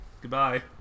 Goodbye